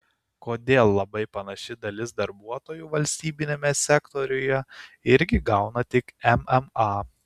kodėl labai panaši dalis darbuotojų valstybiniame sektoriuje irgi gauna tik mma